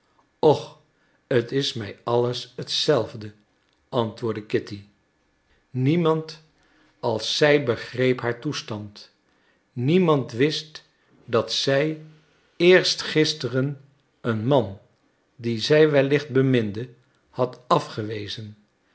och t is mij alles hetzelfde antwoordde kitty niemand als zij zelf begreep haar toestand niemand wist dat zij eerst gisteren een man die zij wellicht beminde had afgewezen